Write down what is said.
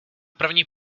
první